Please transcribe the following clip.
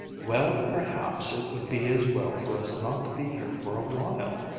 well, perhaps it would be as well for us not to be here for a while,